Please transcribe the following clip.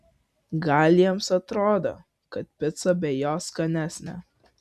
gal jiems atrodo kad pica be jo skanesnė